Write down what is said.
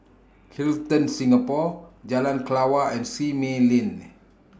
Hilton Singapore Jalan Kelawar and Simei Lane